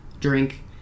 drink